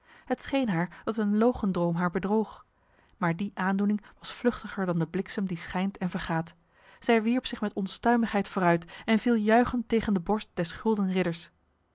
het scheen haar dat een logendroom haar bedroog maar die aandoening was vluchtiger dan de bliksem die schijnt en vergaat zij wierp zich met onstuimigheid vooruit en viel juichend tegen de borst des gulden ridders